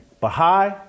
Baha'i